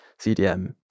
cdm